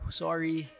sorry